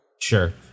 Sure